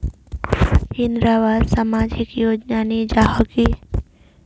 इंदरावास सामाजिक योजना नी जाहा की?